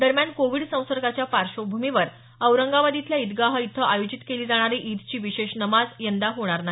दरम्यान कोविड संसर्गाच्या पार्श्वभूमीवर औरंगाबाद इथल्या ईदगाह इथं आयोजित केली जाणारी ईदची विशेष नमाज यंदा होणार नाही